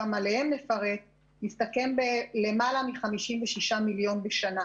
גם עליהן נפרט מסתכם בלמעלה מ-56 מיליון ₪ בשנה.